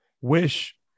Wish